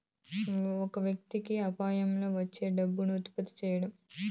ఒక వ్యక్తి కి యాపారంలో వచ్చే డబ్బును ఉత్పత్తి సేయడం